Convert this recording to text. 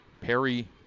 Perry